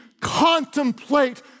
contemplate